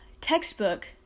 textbook